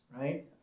right